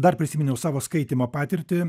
dar prisiminiau savo skaitymo patirtį